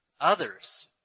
Others